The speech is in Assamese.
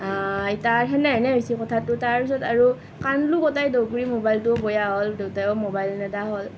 এতিয়া হেনে হেনে হৈছে কথাটো তাৰ ওচৰত আৰু কান্দিলোঁ গোটেই দুখ ভৰি ম'বাইলটোয়ো বেয়া হ'ল দেউতায়ো ম'বাইল নিদিয়া হ'ল